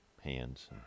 hands